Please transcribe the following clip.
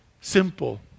Simple